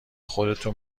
خودتون